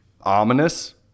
ominous